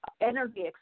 energy